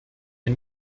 mir